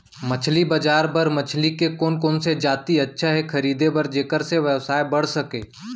मछली बजार बर मछली के कोन कोन से जाति अच्छा हे खरीदे बर जेकर से व्यवसाय बढ़ सके?